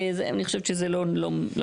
אני חושבת שזה לא נכון.